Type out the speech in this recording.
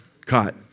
Caught